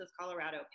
colorado